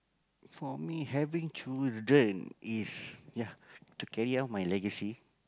for me having children is ya to carry on my legacy